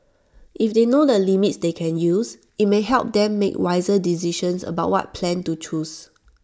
if they know the limits they can use IT may help them make wiser decisions about what plan to choose